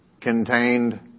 contained